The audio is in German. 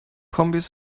kombis